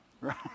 Right